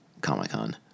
Comic-Con